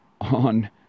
on